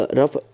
rough